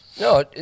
No